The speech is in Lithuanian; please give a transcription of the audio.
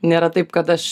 nėra taip kad aš